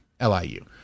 LIU